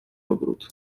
ogród